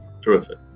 Terrific